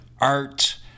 art